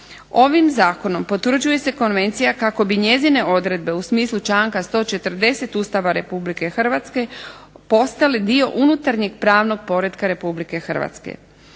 Ovim zakonom potvrđuje se konvencija kako bi njezine odredbe u smislu članka 140. Ustava RH postali dio unutarnjeg pravnog poretka RH. Republika Hrvatska